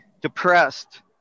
depressed